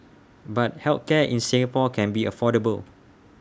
but health care in Singapore can be affordable